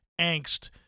angst